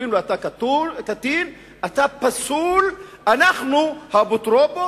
אומרים לו: אתה קטין, אתה פסול, אנחנו האפוטרופוס,